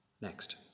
Next